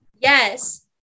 Yes